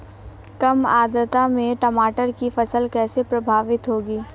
कम आर्द्रता में टमाटर की फसल कैसे प्रभावित होगी?